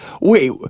Wait